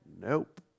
Nope